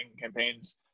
campaigns